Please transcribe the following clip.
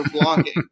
blocking